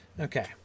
Okay